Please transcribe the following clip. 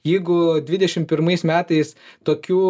jeigu dvidešim pirmais metais tokių